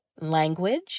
language